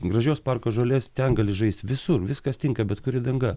gražios parko žolės ten gali žaist visur viskas tinka bet kuri danga